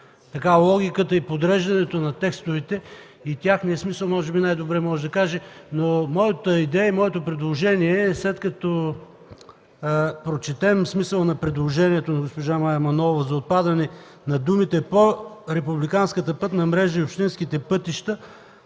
с логиката и подреждането на текстовете, и техния смисъл, вероятно най-добре може да каже, но моята идея, след като прочетем смисъла на предложението на госпожа Мая Манолова за отпадане на думите „по републиканската пътна мрежа и общинските пътища”,